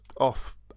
off